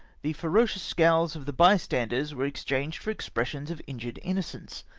the fero cious scowls of the bystanders were exchanged for ex pressions of injured innocence,